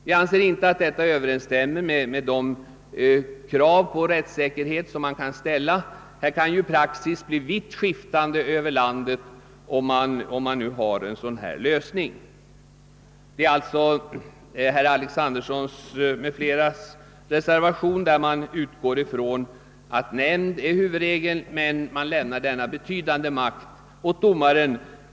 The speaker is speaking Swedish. Jag anser inte att detta överensstämmer med de krav på rättssäkerhet som kan ställas. Praxis kan bli vittskiftande över landet, om vi godtar den lösning som föreslås i reservationen av herr Alexanderson m.fl., i vilken man utgår från att nämnd är huvudregel men lämnar denna betydande makt åt domaren.